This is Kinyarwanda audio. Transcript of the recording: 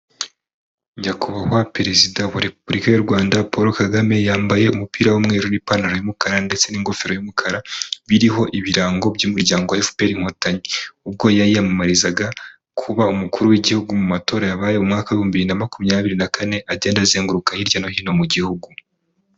Nyakubahwa perezida wa repubulika y'u Rwanda Paul Kagame yambaye umupira w'umweru n'ipantaro y'umukara ndetse n'ingofero y'umukara, biriho ibirango by'umuryango FPR Inkotanyi, ubwo yiyamamarizaga kuba umukuru w'igihugu mu matora yabaye umwaka bihumbi na makumyabiri na kane, agenda azenguruka hirya no hino mu gihugu.